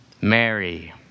Mary